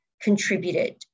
contributed